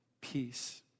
peace